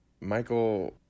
Michael